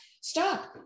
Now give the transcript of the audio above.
Stop